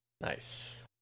nice